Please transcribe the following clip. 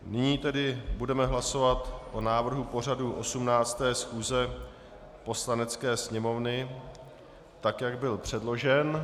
Nyní tedy budeme hlasovat o návrhu pořadu 18. schůze Poslanecké sněmovny tak, jak byl předložen.